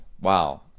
Wow